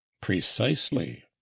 Precisely